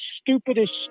stupidest